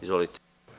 Izvolite.